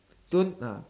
soon ah